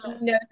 no